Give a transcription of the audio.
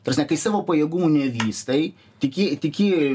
ta prasme kai savo pajėgumų nevystai tiki tiki